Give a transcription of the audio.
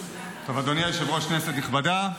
אדוני היושב-ראש, כנסת נכבדה,